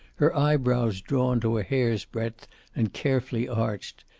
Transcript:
her eyebrows drawn to a hair's breadth and carefully arched,